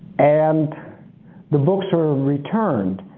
and the books were returned.